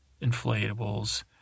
inflatables